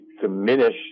diminish